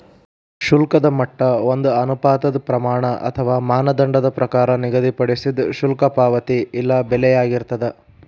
ಶುಲ್ಕದ ಮಟ್ಟ ಒಂದ ಅನುಪಾತದ್ ಪ್ರಮಾಣ ಅಥವಾ ಮಾನದಂಡದ ಪ್ರಕಾರ ನಿಗದಿಪಡಿಸಿದ್ ಶುಲ್ಕ ಪಾವತಿ ಇಲ್ಲಾ ಬೆಲೆಯಾಗಿರ್ತದ